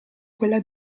quella